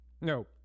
no